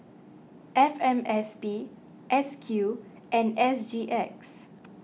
F M S P S Q and S G X